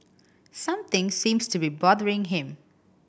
something seems to be bothering him